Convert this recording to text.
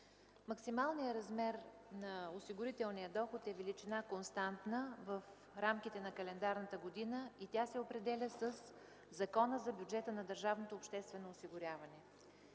Максималният размер на осигурителния доход е константна величина в рамките на календарната година и се определя със Закона за бюджета на Държавното обществено осигуряване.